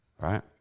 right